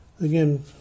Again